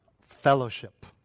fellowship